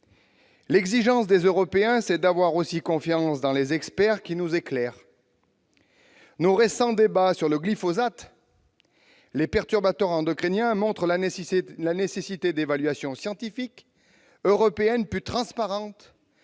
L'exigence des Européens, c'est d'avoir aussi confiance dans les experts qui nous éclairent. Nos récents débats sur le glyphosate, les perturbateurs endocriniens montrent la nécessité d'évaluation scientifique européenne plus transparente,